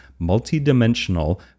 multidimensional